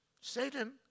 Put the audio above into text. Satan